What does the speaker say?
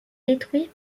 détruit